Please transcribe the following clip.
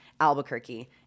Albuquerque